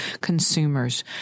consumers